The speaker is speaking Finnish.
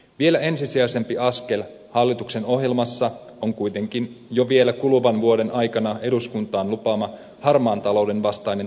vielä ensisijaisempi askel hallituksen ohjelmassa on kuitenkin jo vielä kuluvan vuoden aikana eduskuntaan luvattu harmaan talouden vastainen toimenpideohjelma